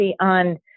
on